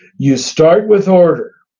you start with order,